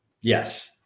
Yes